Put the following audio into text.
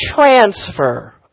transfer